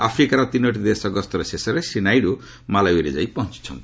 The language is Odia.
ଆଫ୍ରିକାର ତିନୋଟି ଦେଶ ଗସ୍ତର ଶେଷରେ ଶ୍ରୀ ନାଇଡ଼ୁ ମାଲାଓ୍ୱିରେ ଯାଇ ପହଞ୍ଚିଛନ୍ତି